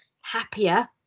happier